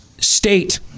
state